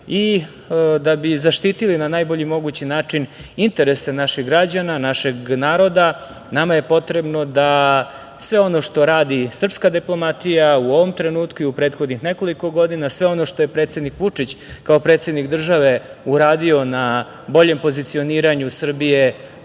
i da bi zaštitili na najbolji mogući način interese naših građana, našeg naroda, nama je potrebno da sve ono što radi srpska diplomatija u ovom trenutku i u prethodnih nekoliko godina, sve ono što je predsednik Vučić kao predsednik države uradio na boljem pozicioniranju Srbije